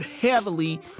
heavily